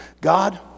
God